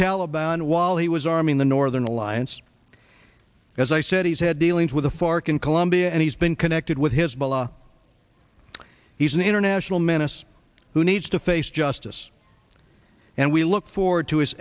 taliban while he was arming the northern alliance as i said he's had dealings with a fork in colombia and he's been connected with hizbollah he's an international menace who needs to face justice and we look forward to his